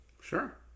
Sure